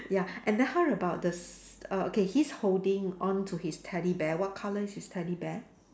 ya and then how about the s~ err okay he's holding on to his teddy bear what color is his teddy bear